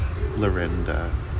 lorinda